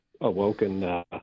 awoken